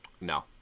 no